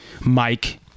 Mike